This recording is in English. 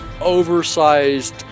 oversized